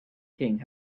king